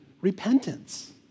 repentance